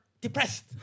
depressed